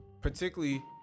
particularly